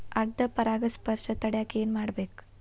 ಅಡ್ಡ ಪರಾಗಸ್ಪರ್ಶ ತಡ್ಯಾಕ ಏನ್ ಮಾಡ್ಬೇಕ್?